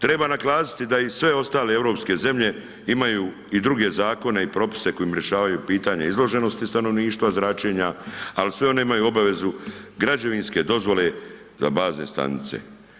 Treba naglasiti da i sve ostale europske zemlje imaju i druge zakone i propise kojim rješavaju pitanje izloženosti stanovništva zračenja, ali sve one imaju obavezu građevinske dozvole za bazne stanice.